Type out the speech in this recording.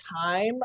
time